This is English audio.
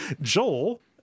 joel